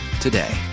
today